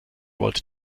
wollte